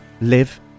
live